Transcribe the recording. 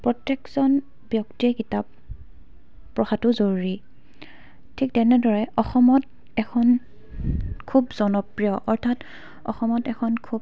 প্ৰত্যেকজন ব্যক্তিয়ে কিতাপ পঢ়াটো জৰুৰী ঠিক তেনেদৰে অসমত এখন খুব জনপ্ৰিয় অৰ্থাৎ অসমত এখন খুব